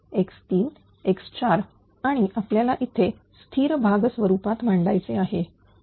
आणि आपल्याला इथे स्थिर भाग स्वरूपात मांडायचे आहे